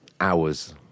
hours